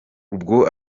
ubwo